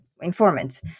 informants